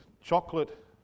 chocolate